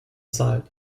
side